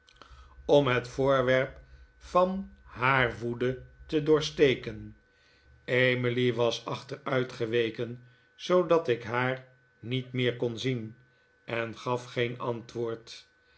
om net voorwerp van haar woede te doorsteken emily was achteruitgeweken zoodat ik haar niet meer kon zien en gaf geen antwoord